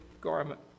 garment